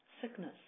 Sickness